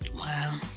Wow